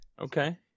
Okay